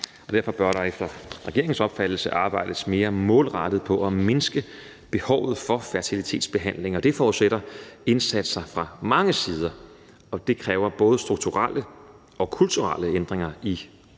derfor bør der efter regeringens opfattelse arbejdes mere målrettet på at mindske behovet for fertilitetsbehandling. Det forudsætter indsatser fra mange sider, og det kræver både strukturelle og kulturelle ændringer i